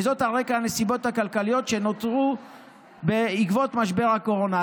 וזאת על רקע הנסיבות הכלכליות שנותרו בעקבות משבר הקורונה.